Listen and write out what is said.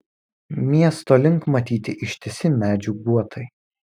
miesto link matyti ištisi medžių guotai